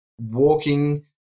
walking